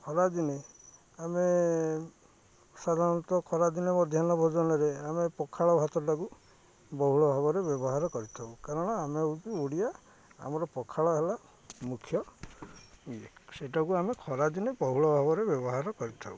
ଖରାଦିନେ ଆମେ ସାଧାରଣତଃ ଖରାଦିନେ ମଧ୍ୟାହ୍ନ ଭୋଜନରେ ଆମେ ପଖାଳ ଭାତଟାକୁ ବହୁଳ ଭାବରେ ବ୍ୟବହାର କରିଥାଉ କାରଣ ଆମେ ହେଉଛି ଓଡ଼ିଆ ଆମର ପଖାଳ ହେଲା ମୁଖ୍ୟ ଇଏ ସେଇଟାକୁ ଆମେ ଖରାଦିନେ ବହୁଳ ଭାବରେ ବ୍ୟବହାର କରିଥାଉ